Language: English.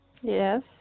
Yes